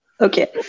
Okay